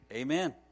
amen